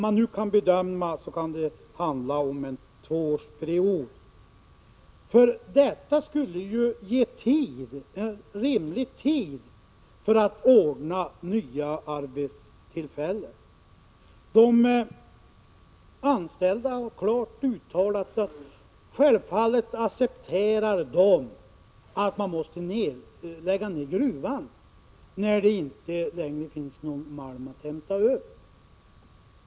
Man bedömer nu att det kan handla om en tvåårsperiod. Detta skulle ju ge en rimlig tid för att ordna nya arbetstillfällen. De anställda har klart uttalat att de självfallet accepterar att man lägger ned gruvan, när det inte längre finns någon malm att hämta ur den.